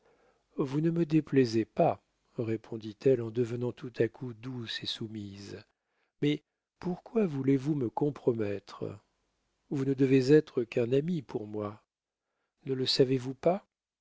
vous ne me déplaisez pas répondit-elle en devenant tout à coup douce et soumise mais pourquoi voulez-vous me compromettre vous ne devez être qu'un ami pour moi ne le savez-vous pas